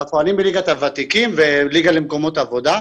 נכון, מליגת הוותיקים וליגה למקומות עבודה.